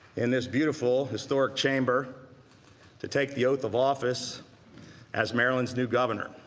in this beautiful historic chamber to take the oath of office as maryland's new governor.